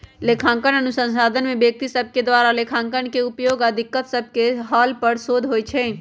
लेखांकन अनुसंधान में व्यक्ति सभके द्वारा लेखांकन के उपयोग आऽ दिक्कत सभके हल पर शोध होइ छै